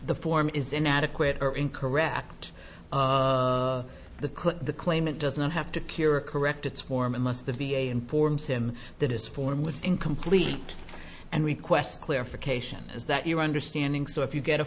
the form is inadequate or incorrect the the claimant does not have to cure a correct it's warm and must the be a informs him that is formless incomplete and request clarification is that your understanding so if you get a